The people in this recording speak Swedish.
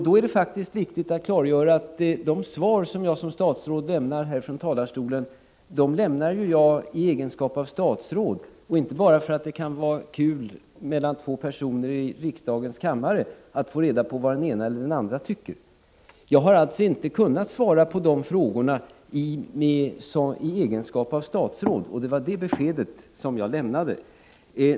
Då är det viktigt att klargöra att jag lämnar svar här ifrån talarstolen i egenskap av statsråd och inte bara för att det kan vara kul för ett par personer i riksdagens kammare att få reda på vad den ene och den andre tycker. Jag har alltså inte kunnat svara på frågorna i min egenskap av statsråd, och det var detta besked jag lämnade.